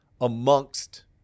amongst